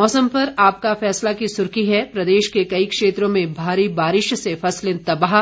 मौसम पर आपका फैसला की सुर्खी है प्रदेश के कई क्षेत्रों में भारी बारिश से फसलें तबाह